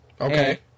okay